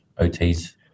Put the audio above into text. OTs